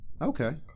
okay